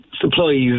supplies